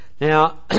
Now